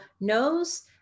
knows